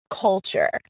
culture